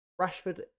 Rashford